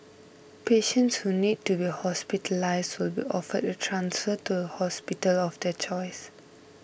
patients who need to be hospitalised will be offered a transfer to a hospital of their choice